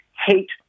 hate